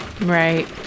Right